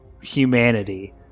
humanity